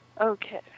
Okay